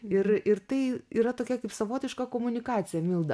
ir ir tai yra tokia kaip savotiška komunikacija milda